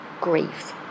grief